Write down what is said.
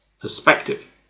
perspective